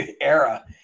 era